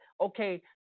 okay